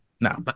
No